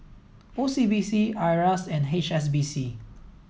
O C B C IRAS and H S B C